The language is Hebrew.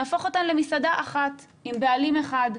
נהפוך אותן למסעדה אחת עם בעלים אחד,